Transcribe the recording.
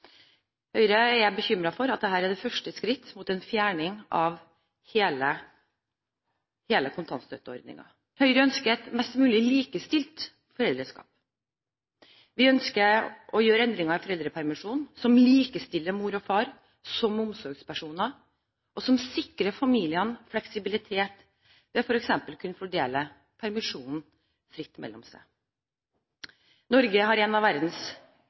Høyre er bekymret for at dette er et første skritt mot en fjerning av hele kontantstøtteordningen. Høyre ønsker et mest mulig likestilt foreldreskap. Vi ønsker å gjøre endringer i foreldrepermisjonen som likestiller mor og far som omsorgspersoner, og som sikrer familiene fleksibilitet, ved f.eks. å kunne fordele permisjonen fritt mellom seg. Norge har en av verdens